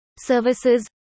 services